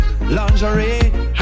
lingerie